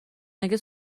مگه